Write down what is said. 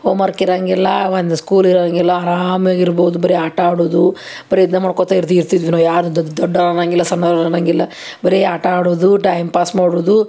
homework ಇರಂಗಿಲ್ಲ ಒಂದು school ಇರಂಗಿಲ್ಲ ಆರಾಮಾಗಿ ಇರ್ಬೋದು ಬರಿ ಆಟ ಆಡುವುದು ಬರಿ ಇದನ್ನೇ ಮಾಡ್ಕೋತ ಇರ್ದ್ ಇರ್ತಿದ್ವಿ ನಾವು ಯಾರ್ನ ದೊಡ್ಡೊರು ಅನ್ನೊಂಗಿಲ್ಲ ಸಣ್ಣೊರು ಅನ್ನೊಂಗಿಲ್ಲ ಬರಿ ಆಟ ಆಡೋದು ಟೈಮ್ ಪಾಸ್ ಮಾಡುವುದು